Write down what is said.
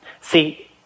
See